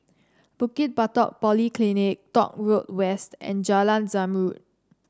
Bukit Batok Polyclinic Dock Road West and Jalan Zamrud